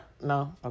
no